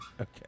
Okay